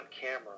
camera